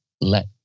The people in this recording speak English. let